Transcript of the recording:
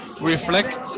reflect